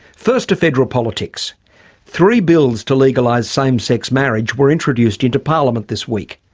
first to federal politics three bills to legalise same-sex marriage were introduced into parliament this week.